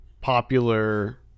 popular